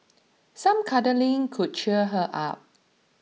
some cuddling could cheer her up